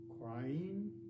crying